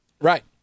Right